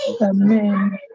Amen